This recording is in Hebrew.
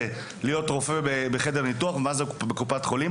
להיות רופא בחדר ניתוח ומה זה בקופת חולים.